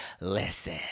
Listen